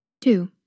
Two